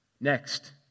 Next